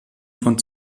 von